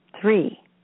Three